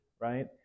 right